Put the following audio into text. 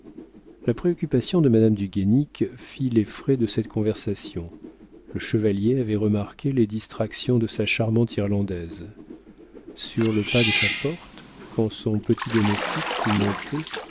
la préoccupation de madame du guénic fit les frais de cette conversation le chevalier avait remarqué les distractions de sa charmante irlandaise sur le pas de sa porte quand son petit domestique fut monté